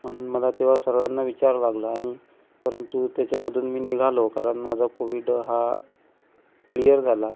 म्हणून मला तेव्हा सर्वांना विचारावं लागलं आणि परंतु त्यांच्यामधून मी निघालो कारण माझा कोव्हीड हा क्लिअर झाला